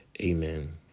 amen